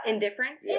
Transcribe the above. Indifference